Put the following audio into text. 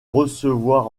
recevoir